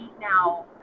now